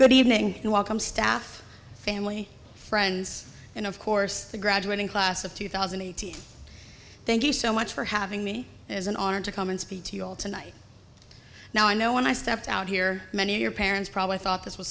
good evening and welcome staff family friends and of course the graduating class of two thousand and thank you so much for having me as an honor to come and speak to you all tonight now i know when i stepped out here many of your parents probably thought this was